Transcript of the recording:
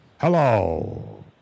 Hello